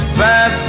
bad